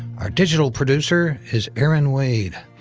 our digital producer is erin wade,